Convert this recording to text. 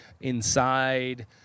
Inside